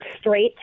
straight